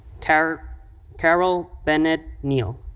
carroll carroll bennett neale.